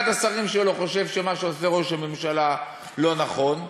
אחד השרים שלו חושב שמה שעושה ראש הממשלה הוא לא נכון,